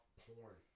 porn